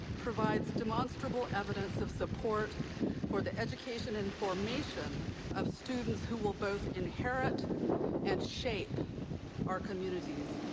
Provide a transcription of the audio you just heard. provides demonstrable evidence of support for the education and formation of students who will both inherit and shape our communities,